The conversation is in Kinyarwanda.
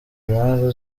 mpamvu